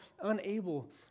unable